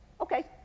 okay